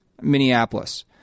Minneapolis